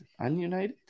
Ununited